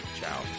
Ciao